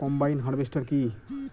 Combine harvester কি?